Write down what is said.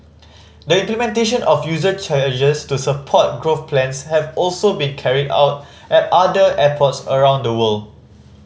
the implementation of user charges to support growth plans have also been carried out at other airports around the world